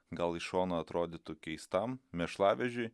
gal iš šono atrodytų keistam mėšlavežiui